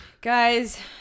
guys